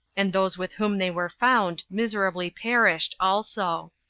and those with whom they were found miserably perished also.